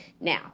Now